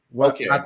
Okay